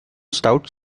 stout